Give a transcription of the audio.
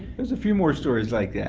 there's a few more stories like that.